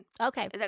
Okay